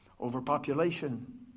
overpopulation